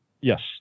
Yes